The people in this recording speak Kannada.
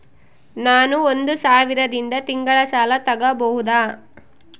ನಾನು ಒಂದು ಸಾವಿರದಿಂದ ತಿಂಗಳ ಸಾಲ ತಗಬಹುದಾ?